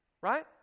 Right